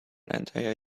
entire